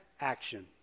action